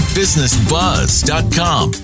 businessbuzz.com